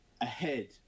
ahead